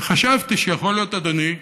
וחשבתי שיכול להיות, אדוני,